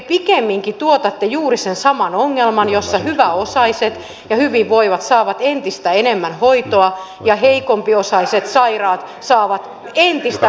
te pikemminkin tuotatte juuri sen saman ongelman jossa hyväosaiset ja hyvinvoivat saavat entistä enemmän hoitoa ja heikompiosaiset sairaat saavat entistä huonompaa hoitoa